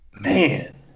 Man